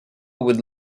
would